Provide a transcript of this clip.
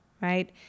right